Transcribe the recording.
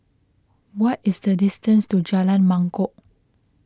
what is the distance to Jalan Mangkok